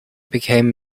became